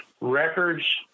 records